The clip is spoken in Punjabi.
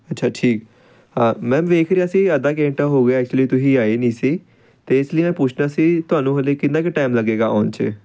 ਅੱਛਾ ਠੀਕ ਮੈਂ ਵੇਖ ਰਿਹਾ ਸੀ ਅੱਧਾ ਘੰਟਾ ਹੋ ਗਿਆ ਐਕਚੁਲੀ ਤੁਸੀਂ ਆਏ ਨਹੀਂ ਸੀ ਅਤੇ ਇਸ ਲਈ ਮੈਂ ਪੁੱਛਣਾ ਸੀ ਤੁਹਾਨੂੰ ਹਲੇ ਕਿੰਨਾਂ ਕੁ ਟਾਈਮ ਲੱਗੇਗਾ ਆਉਣ 'ਚ